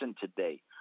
today